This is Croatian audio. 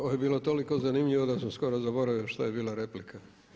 Ovo je bilo toliko zanimljivo da sam skoro zaboravio što je bila replika.